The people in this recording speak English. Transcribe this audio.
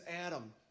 Adam